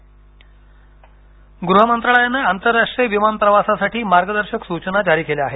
विमान उड्डाण गृह मंत्रालयानं आंतरराष्ट्रीय विमान प्रवासाठी मार्गदर्शक सूचना जारी केल्या आहेत